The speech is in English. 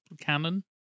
canon